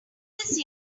greatest